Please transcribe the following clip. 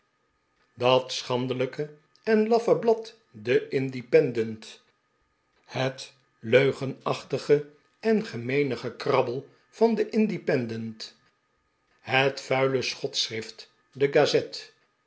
dat schandelijke en laffe blad de independent het ieugenachtige en gemeene gekrabbel van den independent het vuile schotschrift de gazette